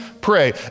pray